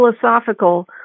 philosophical